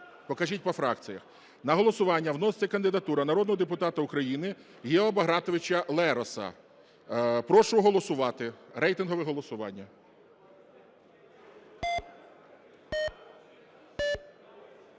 покажіть по фракціях. На голосування вноситься кандидатура народного депутата України Гео Багратовича Лероса. Прошу голосувати, рейтингове голосування.